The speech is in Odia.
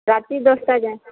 ରାତି ଦଶଟା ଯାଏଁ